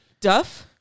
Duff